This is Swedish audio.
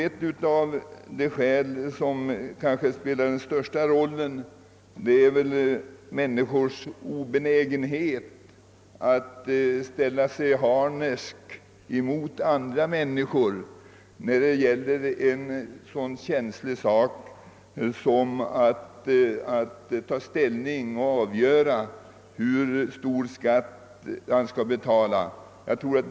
Ett förhållande som spelar den kanske största rollen torde vara människors obenägenhet att gå emot andra människor på en så känslig punkt som när det gäller att avgöra hur stor skatt vederbörande skall betala.